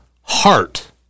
Heart